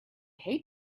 hate